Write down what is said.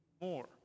more